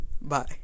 Bye